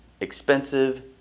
expensive